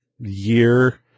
year